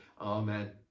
Amen